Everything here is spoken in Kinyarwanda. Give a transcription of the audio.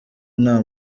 nta